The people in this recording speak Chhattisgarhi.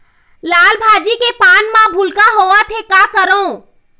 लाल भाजी के पान म भूलका होवथे, का करों?